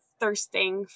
thirsting